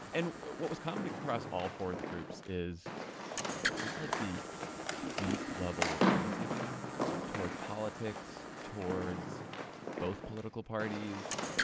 and what was common across all four of the groups, is just like the deep level of cynicism towards politics, towards both political parties,